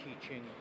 teaching